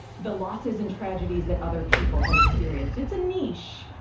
the losses and tragedies that other people have experienced. it's a niche,